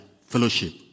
fellowship